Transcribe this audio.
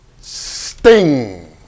sting